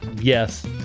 Yes